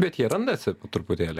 bet jie randasi po truputėlį